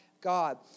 God